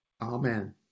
Amen